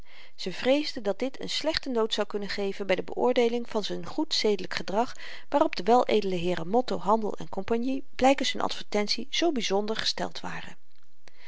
ze vreesde dat dit n slechte noot zou kunnen geven by de beoordeeling van z'n goed zedelyk gedrag waarop de weledele heeren motto handel cie blykens hun advertentie zoo byzonder gesteld waren